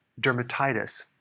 dermatitis